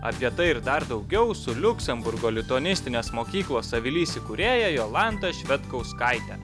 apie tai ir dar daugiau su liuksemburgo lituanistinės mokyklos avilys įkūrėja jolanta švedkauskaite